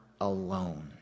alone